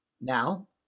now